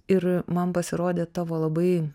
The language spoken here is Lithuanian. ir man pasirodė tavo labai